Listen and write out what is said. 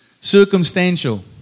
Circumstantial